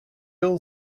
steel